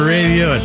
Radio